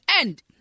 end